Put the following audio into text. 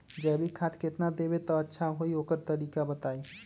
जैविक खाद केतना देब त अच्छा होइ ओकर तरीका बताई?